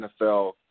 NFL